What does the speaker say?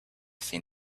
seen